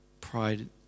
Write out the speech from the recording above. pride